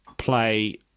play